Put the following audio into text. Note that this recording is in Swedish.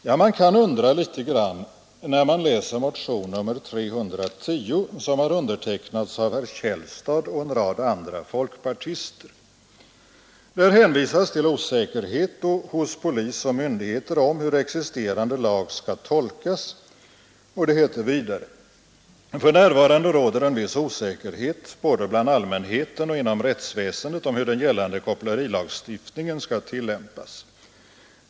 Ja, man kan undra litet grand när man läser motionen 310 som undertecknats av herr Källstad och en rad andra folkpartister. Här hänvisas till osäkerhet hos polis och myndigheter om hur existerande lag skall tolkas, och det heter vidare: ”För närvarande råder en viss osäkerhet både bland allmänheten och inom rättsväsendet om hur den gällande kopplerilagstiftningen skall tillämpas.